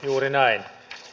juuri näin